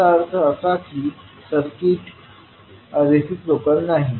याचा अर्थ असा की सर्किट रिसिप्रोकल नाही